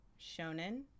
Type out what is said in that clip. shonen